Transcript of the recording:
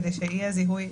כדי שיהיה זיהוי.